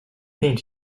paint